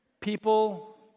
People